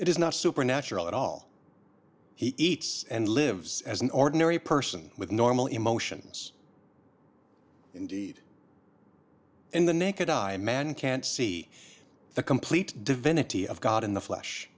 it is not supernatural at all he eats and lives as an ordinary person with normal emotions indeed in the naked eye and man can't see the complete divinity of god in the flesh